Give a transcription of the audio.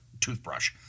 toothbrush